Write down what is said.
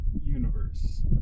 universe